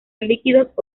líquidos